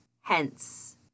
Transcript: hence